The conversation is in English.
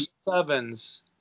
sevens